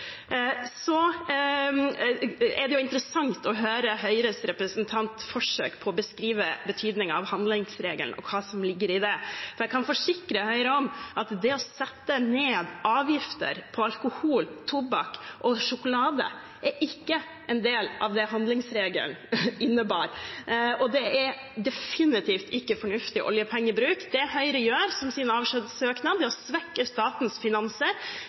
Så er det interessant å høre Høyres representants forsøk på å beskrive betydningen av handlingsregelen og hva som ligger i det. Jeg kan forsikre Høyre om at det å sette ned avgifter på alkohol, tobakk og sjokolade ikke er en del av det handlingsregelen innebar, og det er definitivt ikke fornuftig oljepengebruk. Det Høyre gjør, som sin avskjedssøknad, er å svekke statens finanser